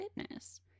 fitness